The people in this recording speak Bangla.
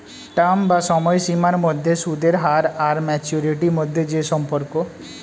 টার্ম বা সময়সীমার মধ্যে সুদের হার আর ম্যাচুরিটি মধ্যে যে সম্পর্ক